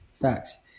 Facts